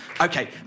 Okay